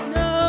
no